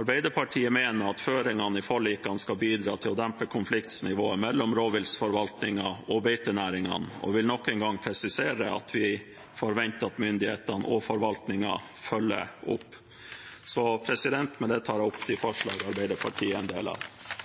Arbeiderpartiet mener at føringene i forlikene skal bidra til å dempe konfliktnivået mellom rovviltforvaltingen og beitenæringene og vil nok en gang presisere at vi forventer at myndighetene og forvaltningen følger opp. Reinbeitenæringen står i en utrolig krevende situasjon, noe som også er